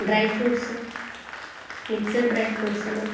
dry fruits mixed dry fruits Anna